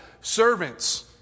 servants